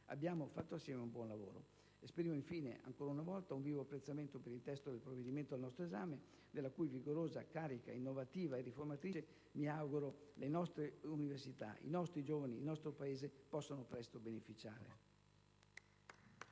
abbiamo fatto assieme un buon lavoro. Esprimo infine, ancora una volta, un vivo apprezzamento per il testo del provvedimento al nostro esame, della cui vigorosa carica innovativa e riformatrice mi auguro le nostre università, i nostri giovani, il nostro Paese, possano presto beneficiare.